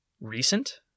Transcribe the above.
recent